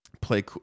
play